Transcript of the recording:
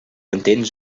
entens